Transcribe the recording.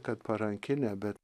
kad parankinę bet